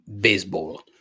baseball